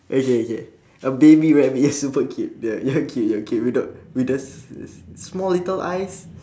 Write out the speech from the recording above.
okay okay a baby rabbit yes super cute ya ya cute ya cute without with those small little eyes